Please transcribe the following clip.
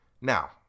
Now